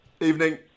evening